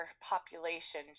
population